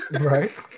Right